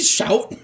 Shout